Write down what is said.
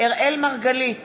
אראל מרגלית,